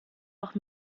auch